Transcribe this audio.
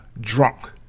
drunk